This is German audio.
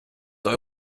eure